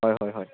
হয় হয় হয়